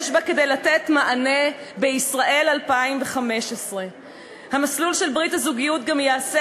יש בה כדי לתת מענה בישראל 2015. המסלול של ברית הזוגיות גם יעשה